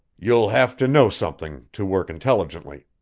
you'll have to know something, to work intelligently.